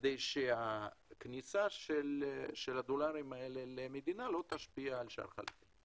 כדי שהכניסה של הדולרים האלה למדינה לא תשפיע על שער החליפין.